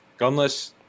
gunless